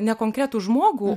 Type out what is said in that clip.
ne konkretų žmogų